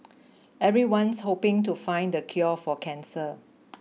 everyone's hoping to find the cure for cancer